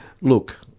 look